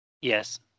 Yes